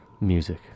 Music